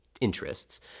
interests